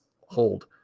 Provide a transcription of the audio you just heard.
hold